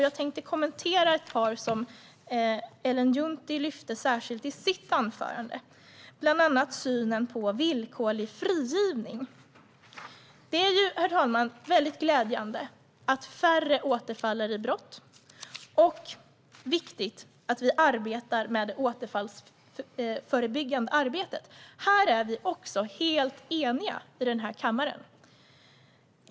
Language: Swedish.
Jag tänkte kommentera en som Ellen Juntti särskilt lyfte fram i sitt anförande. Det handlar om synen på villkorlig frigivning. Herr talman! Det är glädjande att färre återfaller i brott, och det är viktigt att vi arbetar med det återfallsförebyggande arbetet. Här är vi också helt eniga i kammaren.